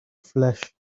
flesh